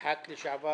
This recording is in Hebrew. חבר הכנסת לשעבר